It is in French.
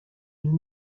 nous